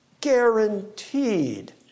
Guaranteed